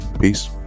peace